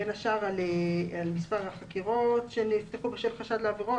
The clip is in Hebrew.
בין השאר על מספר החקירות שנלקחו בשל חשד לעבירות,